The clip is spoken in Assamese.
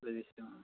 প্লে' লিষ্ট অঁ